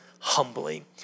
humbly